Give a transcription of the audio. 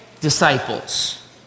disciples